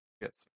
yes